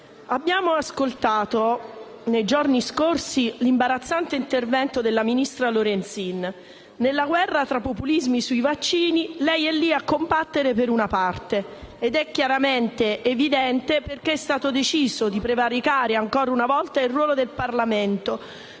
abbiamo ascoltato l'imbarazzante intervento della ministra Lorenzin. Nella guerra tra populismi sui vaccini, lei è lì a combattere per una parte. Ora è chiaro perché è stato deciso di prevaricare ancora una volta il ruolo del Parlamento,